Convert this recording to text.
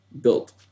built